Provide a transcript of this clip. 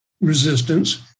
resistance